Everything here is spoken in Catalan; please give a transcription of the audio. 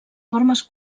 formes